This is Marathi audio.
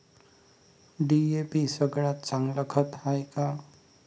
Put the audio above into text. डी.ए.पी सगळ्यात चांगलं खत हाये का?